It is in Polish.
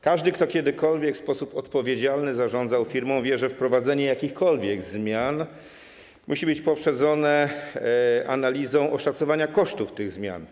Każdy, kto kiedykolwiek w sposób odpowiedzialny zarządzał firmą, wie, że wprowadzenie jakichkolwiek zmian musi być poprzedzone analizą oszacowania kosztów tych zmian.